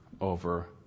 over